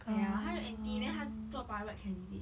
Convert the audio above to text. oh ya 他做 N_T then 他做 pirate candidate